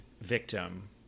victim